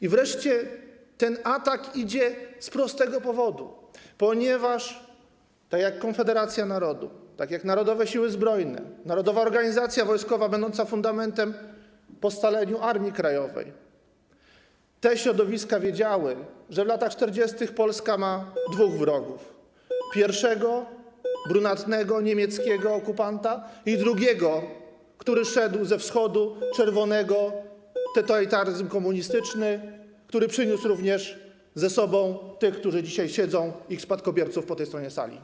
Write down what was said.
I wreszcie ten atak idzie z prostego powodu - ponieważ tak jak Konfederacja Narodu, tak jak Narodowe Siły Zbrojne, Narodowa Organizacja Wojskowa, będąca fundamentem po scaleniu Armii Krajowej, te środowiska wiedziały, że w latach 40. Polska ma dwóch wrogów: pierwszego - brunatnego, niemieckiego okupanta i drugiego, który szedł ze wschodu - czerwonego, totalitaryzm komunistyczny, który przyniósł również ze sobą tych, którzy dzisiaj siedzą po tej stronie sali, ich spadkobierców.